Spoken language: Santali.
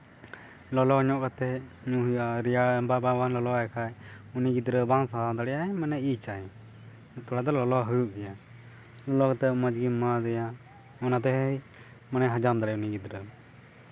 ᱞᱚᱞᱚ ᱧᱚᱜ ᱠᱟᱛᱮ ᱧᱩᱭ ᱦᱩᱭᱩᱜᱼᱟ ᱨᱮᱭᱟᱲ ᱵᱟᱝ ᱞᱚᱞᱚᱣᱟᱭ ᱠᱷᱟᱱ ᱩᱱᱤ ᱜᱤᱫᱽᱨᱟᱹ ᱵᱟᱭ ᱥᱟᱦᱟᱣ ᱫᱟᱲᱮᱭᱟᱜᱼᱟ ᱢᱟᱱᱮ ᱤᱡᱟᱭ ᱛᱷᱚᱲᱟ ᱫᱚ ᱞᱚᱞᱚ ᱦᱩᱭᱩᱜ ᱜᱮᱭᱟ ᱞᱚᱞᱚ ᱠᱟᱛᱮ ᱢᱚᱡᱽ ᱜᱮᱢ ᱮᱢᱟᱣᱟᱫᱮᱭᱟ ᱚᱱᱟᱛᱮ ᱢᱟᱱᱮᱭ ᱦᱟᱡᱟᱢ ᱫᱟᱲᱮᱭᱟᱜᱼᱟ ᱩᱱᱤ ᱜᱤᱫᱽᱨᱟᱹ